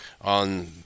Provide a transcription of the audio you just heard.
on